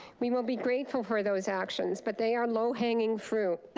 we will be grateful for those actions, but they are low-hanging fruit.